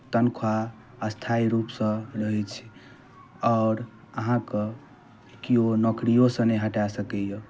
तनख्वाह स्थाइ रूपसँ रहै छै आओर अहाँकेँ कियो नौकरियोसँ नहि हटाए सकैए